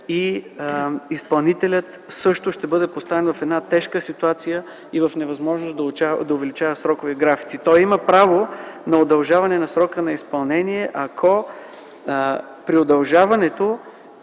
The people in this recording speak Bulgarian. – изпълнителят също ще бъде поставен в една тежка ситуация и в невъзможност да увеличава срокове и графици. Той има право на удължаване на срока на изпълнение в резултат